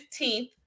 15th